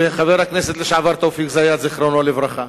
וחבר הכנסת לשעבר תופיק זיאד, זיכרונו לברכה,